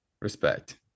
respect